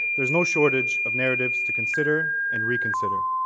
there's no shortage of narratives to consider and reconsider.